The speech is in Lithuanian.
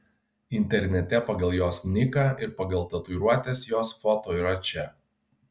internete pagal jos niką ir pagal tatuiruotes jos foto yra čia